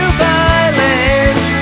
violence